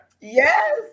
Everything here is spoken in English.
yes